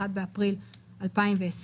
1 באפריל 2020,